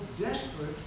desperate